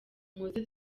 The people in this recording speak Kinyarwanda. muze